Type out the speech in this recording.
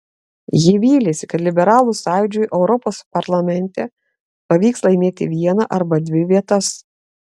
jis vylėsi kad liberalų sąjūdžiui europos parlamente pavyks laimėti vieną arba dvi vietas